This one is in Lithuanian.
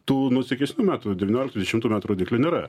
tų nuosaikesnių metų devynioliktų dvidešimtų metų rodiklių nėra